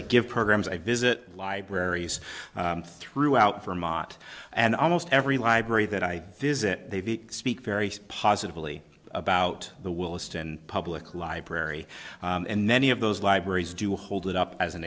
that give programs i visit libraries throughout vermont and almost every library that i visit they speak very positively about the willesden public library and many of those libraries do hold it up as an